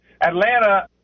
Atlanta